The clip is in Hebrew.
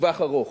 לטווח ארוך.